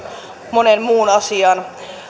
monen muun asian